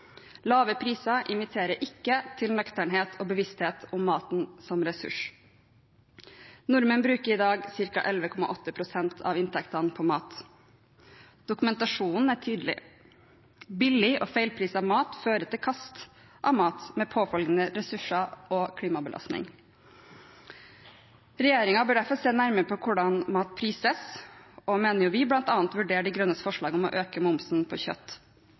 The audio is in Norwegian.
Lave priser inviterer ikke til nøkternhet og bevissthet om maten som ressurs. Nordmenn bruker i dag ca. 11,8 pst. av inntekten på mat. Dokumentasjonen er tydelig. Billig og feilpriset mat fører til kast av mat med påfølgende ressurs- og klimabelastninger. Regjeringen bør derfor se nærmere på hvordan mat prises, og bl.a. vurdere De Grønnes forslag om å øke momsen på kjøtt.